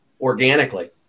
organically